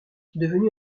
devenue